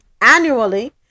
Annually